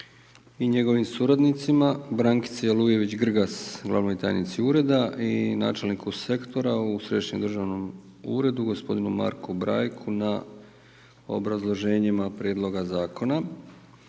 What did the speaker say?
i njegovim suradnicima, Brankici Alujević Grgas, glavnoj tajnici ureda i načelniku sektora u Središnjem državnom uredu gospodinu Marku Brajku na obrazloženjima prijedloga zakona.